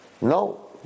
no